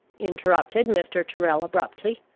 interrupted mr. tyrrel abruptly,